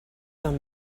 some